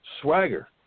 swagger